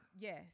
Yes